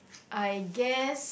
I guess